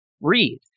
read